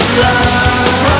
love